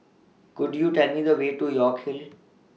Could YOU Tell Me The Way to York Hill